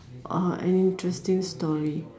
uh an interesting story